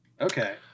Okay